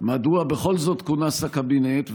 מדוע בכל זאת כונס הקבינט?